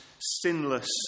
sinless